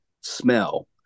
smell